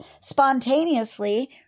spontaneously